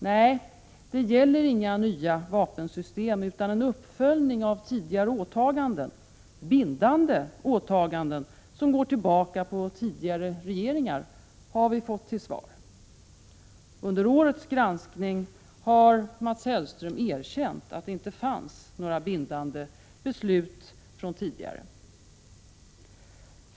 ”Nej, det gäller inga nya vapensystem utan en uppföljning av tidigare åtaganden, bindande åtaganden som går tillbaka till tidigare regeringar,” har vi fått till svar. Under årets granskning har Mats Hellström erkänt att det inte fanns några bindande beslut från tidigare.